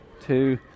two